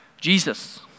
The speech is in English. Jesus